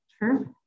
Sure